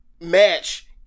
match